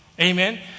Amen